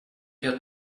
her